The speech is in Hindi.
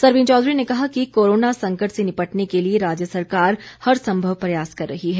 सरवीण चौधरी ने कहा कि कोरोना संकट से निपटने के लिए राज्य सरकार हर संभव प्रयास कर रही है